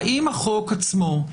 האם החוק עצמו,